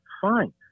fine